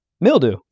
Mildew